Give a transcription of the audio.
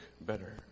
better